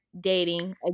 dating